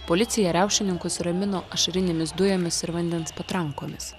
policija riaušininkus ramino ašarinėmis dujomis ir vandens patrankomis